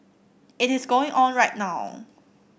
it is going on right now